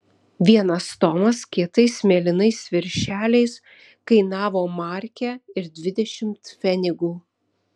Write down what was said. vienas tomas kietais mėlynais viršeliais kainavo markę ir dvidešimt pfenigų